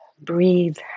breathe